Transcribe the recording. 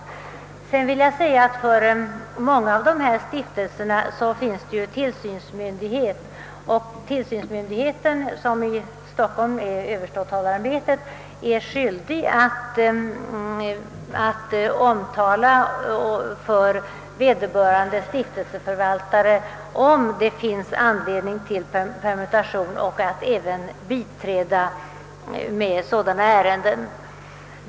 Vidare vill jag framhålla, att för många av de ifrågavarande stiftelserna finns en tillsynsmyndighet — i Stockholm är det överståthållarämbetet — som är skyldig att upplysa vederbörande stiftelseförvaltare om det finns anledning till att begära permutation och även biträda i sådana ärenden.